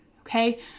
Okay